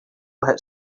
hit